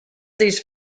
these